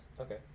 Okay